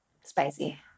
spicy